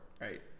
Right